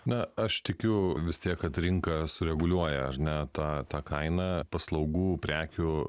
na aš tikiu vis tiek kad rinka sureguliuoja ar ne tą tą kainą paslaugų prekių